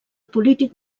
polític